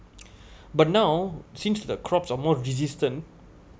but now since the crops are more resistant